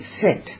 set